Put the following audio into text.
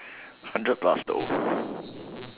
hundred plus though